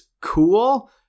cool